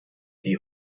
die